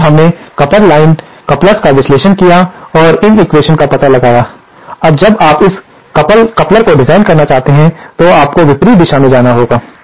इसलिए हमने coupled line युग्मकों का विश्लेषण किया है और इन एक्वेशन्स का पता लगाया है अब जब आप इस कपलर को डिजाइन करना चाहते हैं तो आपको विपरीत दिशा से जाना होगा